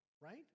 right